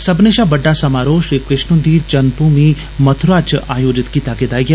सब्बने शा बड्डा समारोह श्री कृष्ण हुंदी जन्ममूमि मथुरा च आयोजित कीता गेदा ऐ